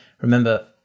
Remember